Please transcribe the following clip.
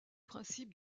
principes